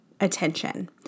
attention